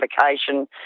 vacation